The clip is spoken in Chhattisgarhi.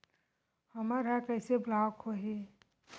हमर ह कइसे ब्लॉक होही?